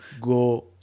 go